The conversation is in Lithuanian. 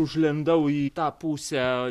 užlindau į tą pusę